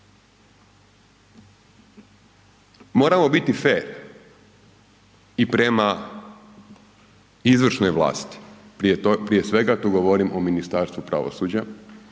Moramo biti fer i prema izvršnoj vlasti, prije svega tu govorim o Ministarstvu pravosuđa